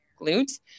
glutes